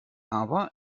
aber